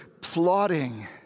plotting